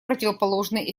противоположный